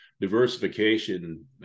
diversification